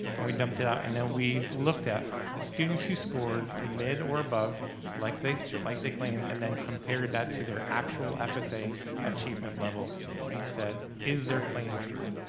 and then we dumped it out. and then we looked at students who scored mid or above like they like they claim, and then compare that to their actual fsa achievement level and said, is their claim true.